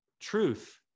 truth